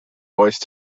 voice